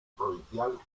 provincial